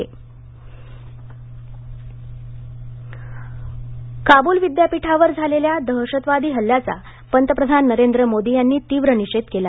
पंतप्रधान काबुल विद्यापीठावर झालेल्या भ्याड दहशतवादी हल्ल्याचा पंतप्रधान नरेंद्र मोदी यांनी तीव्र निषेध केला